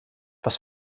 was